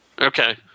Okay